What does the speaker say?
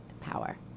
power